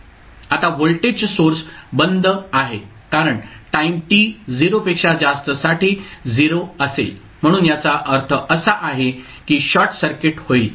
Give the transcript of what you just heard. आता voltage source बंद आहे कारण टाईम t 0 पेक्षा जास्तसाठी 0 असेल म्हणून याचा अर्थ असा आहे की शॉर्ट सर्किट होईल